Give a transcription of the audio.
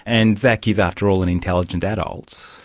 and zach is after all an intelligent adult.